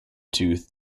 tooth